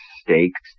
stakes